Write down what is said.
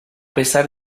pesar